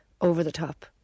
over-the-top